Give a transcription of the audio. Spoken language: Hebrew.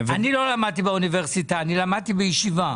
אני לא למדתי באוניברסיטה; אני למדתי בישיבה,